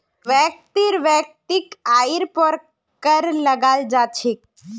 व्यक्तिर वैयक्तिक आइर पर कर लगाल जा छेक